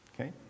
Okay